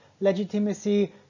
legitimacy